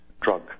drug